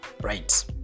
right